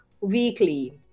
weekly